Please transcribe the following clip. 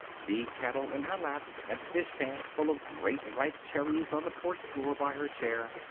the kettle in her lap and the dishpan full of great ripe cherries on the porch floor by her chair,